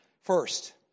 First